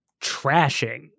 trashing